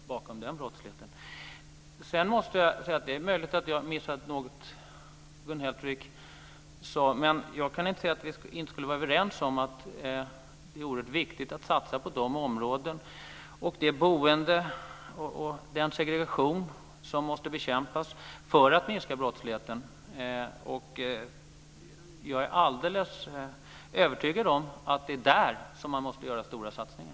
Det är möjligt att jag har missat något av det som Gun Hellsvik sade, men jag kan inte se att vi inte skulle vara överens om att det är oerhört viktigt att satsa på de här områdena och boendet. Segregationen måste bekämpas för att minska brottsligheten. Jag är alldeles övertygad om att det är där som man måste göra stora satsningar.